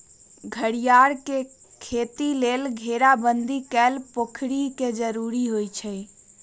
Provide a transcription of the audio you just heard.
घरियार के खेती लेल घेराबंदी कएल पोखरि के जरूरी होइ छै